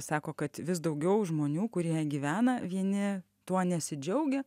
sako kad vis daugiau žmonių kurie gyvena vieni tuo nesidžiaugia